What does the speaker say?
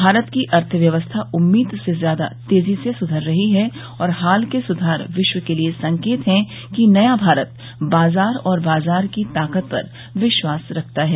भारत की अर्थव्यवस्था उम्मीद से ज्यादा तेजी से सुधार कर रही है और हाल के सुधार विश्व के लिए संकेत हैं कि नया भारत बाजार और बाजार की ताकत पर विश्वास रखता है